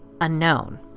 unknown